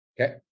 Okay